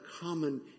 common